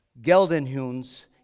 Geldenhuns